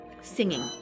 singing